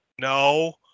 no